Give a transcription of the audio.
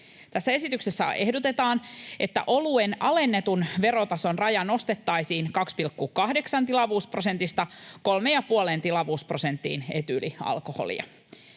Tässä esityksessä ehdotetaan, että oluen alennetun verotason raja nostettaisiin 2,8 tilavuusprosentista 3,5 tilavuusprosenttiin etyylialkoholia.